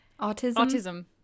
Autism